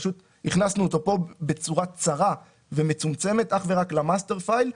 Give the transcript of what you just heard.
פשוט הכנסנו אותו פה בצורה קצרה ומקוצרת אך ורק ל-master file.